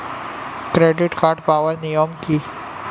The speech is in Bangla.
ক্রেডিট কার্ড পাওয়ার নিয়ম কী?